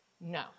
No